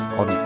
on